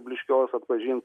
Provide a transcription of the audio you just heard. blyškios atpažint